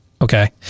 okay